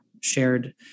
shared